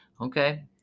Okay